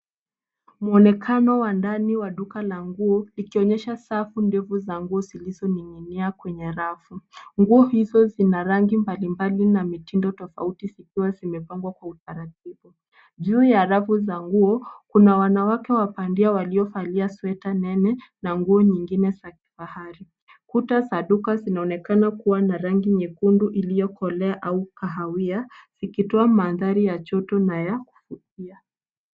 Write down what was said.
Mwonekano wa ndani wa duka la nguo likionyesha safu ndevu za nguo zilizoning'inia kwenye rafu. Nguo hizo zina rangi mbalimbali na mitindo tofauti zikiwa zimepangwa kwa utaratibu. Juu ya rafu za nguo, kuna wanawake wa bandia waliovalia sweta nene na nguo nyingine za kifahari. Kuta za duka zinaonekana kuwa na rangi nyekundu iliyokolea au kahawia, zikitoa mandhari ya joto na ya kufukia.